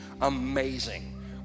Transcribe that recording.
amazing